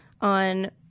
on